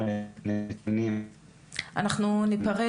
אמוץ, אנחנו נפרד,